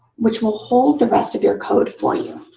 which will hold the rest of your code for you.